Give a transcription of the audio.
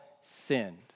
sinned